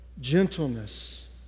gentleness